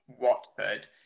Watford